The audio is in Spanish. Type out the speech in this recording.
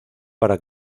para